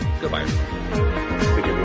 Goodbye